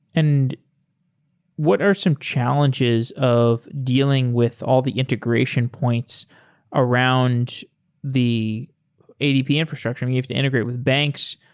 and what are some challenges of dealing with all the integration points around the adp infrastructure and you have to integrate with banks.